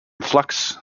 flux